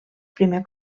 primer